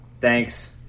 Thanks